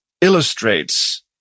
illustrates